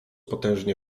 potężnie